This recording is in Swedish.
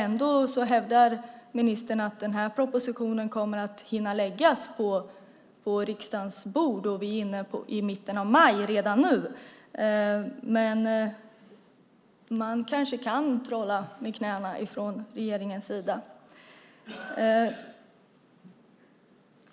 Ändå hävdar ministern att den här propositionen kommer att hinna läggas på riksdagens bord. Vi är inne på mitten av maj redan nu, men man kanske kan trolla med knäna från regeringens sida.